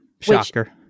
Shocker